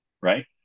right